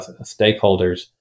stakeholders